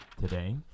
today